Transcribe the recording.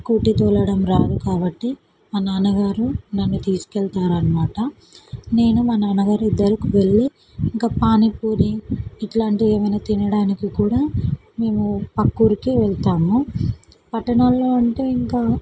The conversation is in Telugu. స్కూటీ తోలడం రాదు కాబట్టి మా నాన్నగారు నన్ను తీసుకెళ్తారన్నమాట నేను మా నాన్నగారు ఇద్దరూ వెళ్ళి ఇంక పానీపూరీ ఇట్లాంటివేమైనా తినడానికి కూడా మేము ప్రక్క ఊరికి వెళతాము పట్టణాల్లో అంటే ఇంకా